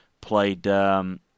played –